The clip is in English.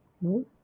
No